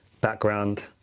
background